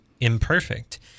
imperfect